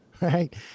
Right